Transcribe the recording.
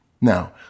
Now